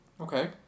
Okay